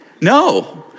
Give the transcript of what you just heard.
No